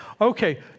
Okay